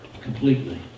Completely